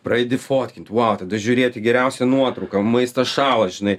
pradedi fotkint vau tada žiūrėt į geriausią nuotrauką maistas šąla žinai